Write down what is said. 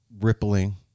rippling